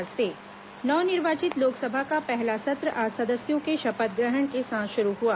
लोकसभा सत्र नव निर्वाचित लोकसभा का पहला सत्र आज सदस्यों के शपथ ग्रहण के साथ शुरू हुआ